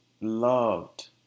loved